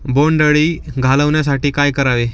बोंडअळी घालवण्यासाठी काय करावे?